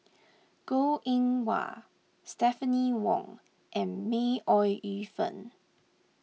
Goh Eng Wah Stephanie Wong and May Ooi Yu Fen